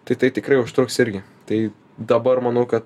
tai tai tikrai užtruks irgi tai dabar manau kad